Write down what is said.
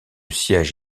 siège